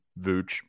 Vooch